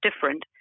different